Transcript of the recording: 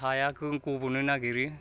हाया गबनो नागिरो